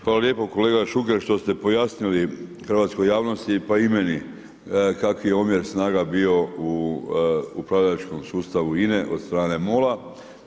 Hvala lijepo kolega Šuker što ste pojasnili hrvatskoj javnosti pa i meni kakav je omjer snaga bio u upravljačkom sustavu INA-e od strane MOL-a.